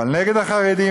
אבל נגד החרדים,